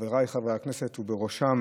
חבריי חברי הכנסת, ובראשם